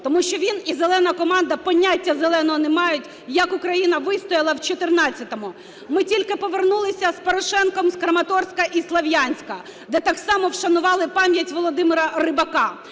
Тому що він і "зелена команда" поняття "зеленого" не мають, як Україна вистояла в 2014-му. Ми тільки повернулися з Порошенком з Краматорська і Слов'янська, де так само вшанували пам'ять Володимира Рибака.